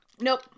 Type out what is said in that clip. nope